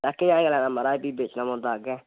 गाह्कें आए ना महाराज फ्ही बेचना पौंदा अग्गैं